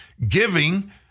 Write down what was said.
giving